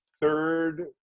third